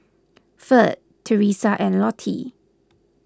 Ferd Teresa and Lottie